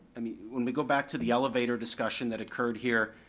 i mean when we go back to the elevator discussion that occurred here,